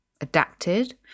adapted